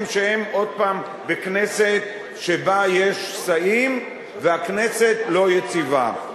שהן עוד פעם בכנסת שבה יש שסעים והכנסת לא יציבה.